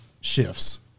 shifts